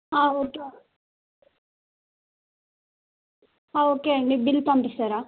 okay okay అండి bill పంపిస్తారా